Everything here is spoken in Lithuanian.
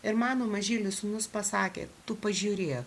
ir mano mažylis sūnus pasakė tu pažiūrė